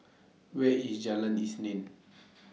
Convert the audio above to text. Where IS Jalan Isnin